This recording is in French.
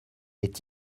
est